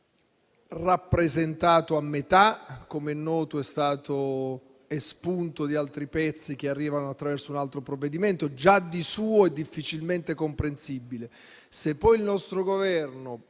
rappresentato a metà. Come è noto è stato espunto di altri pezzi che arrivano attraverso un altro provvedimento e già di suo è difficilmente comprensibile. Se poi il nostro Governo,